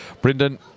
Brendan